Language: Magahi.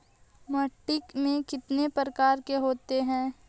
माटी में कितना प्रकार के होते हैं?